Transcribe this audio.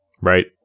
Right